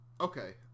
Okay